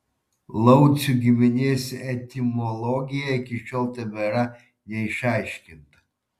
laucių giminės etimologija iki šiol tebėra neišaiškinta